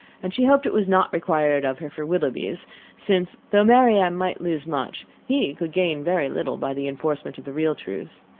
and she hoped it was not required of her for willoughby's since, though marianne might lose much, he could gain very little by the enforcement of the real truth.